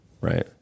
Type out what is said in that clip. Right